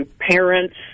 parents